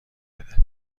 بده